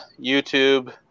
YouTube